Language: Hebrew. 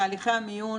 לתהליכי המיון